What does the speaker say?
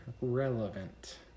relevant